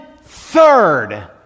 third